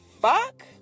fuck